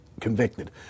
convicted